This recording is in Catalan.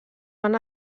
van